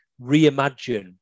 reimagine